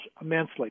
immensely